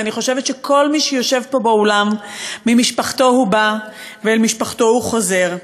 ואני חושבת שכל מי שיושב פה באולם ממשפחתו הוא בא ואל משפחתו הוא חוזר.